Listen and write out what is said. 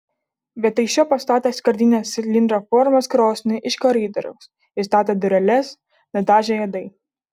vietoj šio pastatė skardinę cilindro formos krosnį iš koridoriaus įstatė dureles nudažė juodai